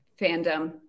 fandom